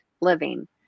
living